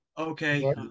Okay